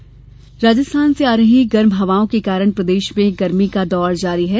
मौसम राजस्थान से आ रही गर्म हवाओं के कारण प्रदेश में गर्मी का दौर जारी है